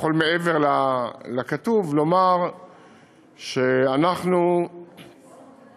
מעבר לכתוב, אני יכול לומר שאנחנו שדרגנו